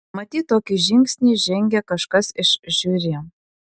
matyt tokį žingsnį žengė kažkas iš žiuri